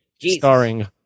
Starring